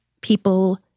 people